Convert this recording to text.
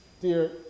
dear